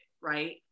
right